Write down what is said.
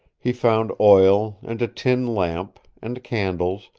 he found oil, and a tin lamp, and candles,